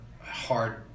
hard